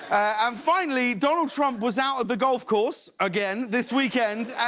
and finally, donald trump was out at the golf course again this weekend.